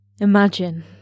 Imagine